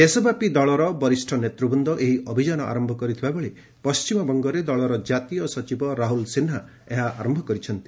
ଦେଶବ୍ୟାପୀ ଦଳର ବରିଷ୍ଠ ନେତୃବୂନ୍ଦ ଏହି ଅଭିଯାନ ଆରମ୍ଭ କରିଥିବା ବେଳେ ପଶ୍ଚିମବଙ୍ଗରେ ଦଳର ଜାତୀୟ ସଚିବ ରାହୁଲ ସିହ୍ନା ଏହା ଆରମ୍ଭ କରିଛନ୍ତି